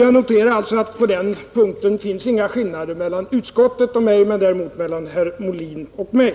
Jag noterar alltså att på den punkten finns inga skillnader mellan utskottet och mig, däremot mellan herr Molin och mig.